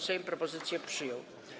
Sejm propozycję przyjął.